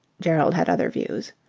gerald had other views.